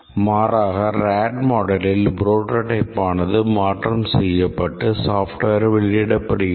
மாறாக ரேடு மாடலில் புரோடோடைப்பானது மாற்றம் செய்யப்பட்டு software வெளியிடப்படுகிறது